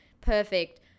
perfect